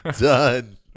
done